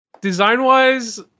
design-wise